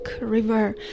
River